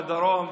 בדרום,